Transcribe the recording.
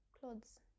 clothes